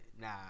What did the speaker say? nah